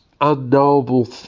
unknowable